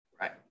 Right